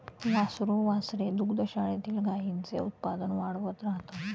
वासरू वासरे दुग्धशाळेतील गाईंचे उत्पादन वाढवत राहतात